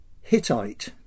Hittite